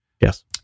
Yes